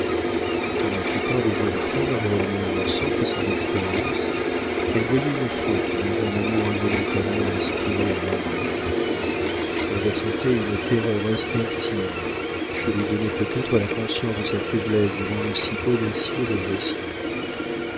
comme la plupart des jeunes femmes réellement innocentes et sans expérience elle voyait une faute dans un amour involontairement inspiré à un homme elle ressentait une terreur instinctive que lui donnait peut-être la conscience de sa faiblesse devant une si audacieuse agression